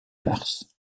mars